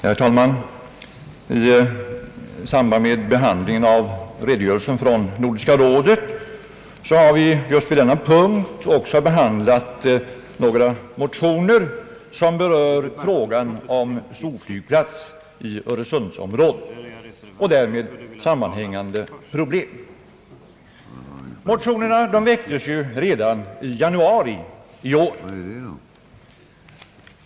Herr talman! I samband med behandling av redogörelsen från Nordiska rådet har vi i denna punkt också behandlat några motioner, som berör frågan om en storflygplats i Öresunds-området och därmed sammanhängande problem. Motionerna väcktes redan i januari i år.